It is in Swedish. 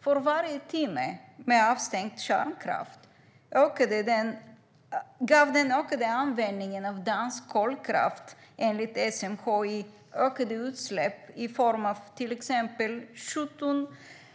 För varje timme med avstängd kärnkraft gav den ökade användningen av dansk kolkraft, enligt SMHI, ökade utsläpp i form av till exempel 1